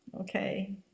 okay